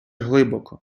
глибоко